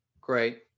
Great